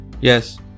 Yes